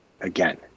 again